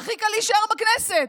הכי קל להישאר בכנסת,